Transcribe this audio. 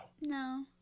No